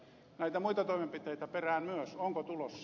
näitä muita toimenpiteitä perään myös onko tulossa